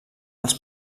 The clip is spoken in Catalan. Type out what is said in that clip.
als